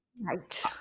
right